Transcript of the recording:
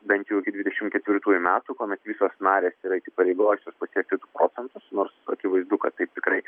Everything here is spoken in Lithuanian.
bent jau iki dvidešim ketvirtųjų metų kuomet visos narės yra įsipareigojusios pasiekti du procentus nors akivaizdu kad taip tikrai